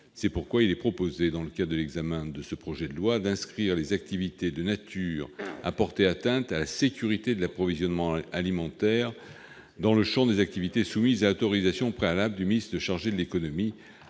C'est pourquoi il est proposé, dans le cadre de l'examen de ce projet de loi, d'inscrire les activités de nature à porter atteinte à la sécurité de l'approvisionnement alimentaire dans le champ des activités soumises à autorisation préalable du ministre chargé de l'économie,